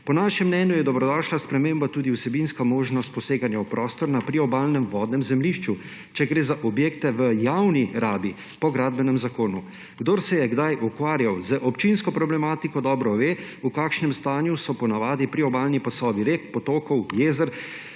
Po našem mnenju je dobrodošla sprememba tudi vsebinska možnost poseganja v prostor na priobalnem vodnem zemljišču, če gre za objekte v javni rabi po Gradbenem zakonu. Kdor se je kdaj ukvarjal z občinsko problematiko, dobro ve, v kakšnem stanju so po navadi priobalni pasovi rek, potokov, jezer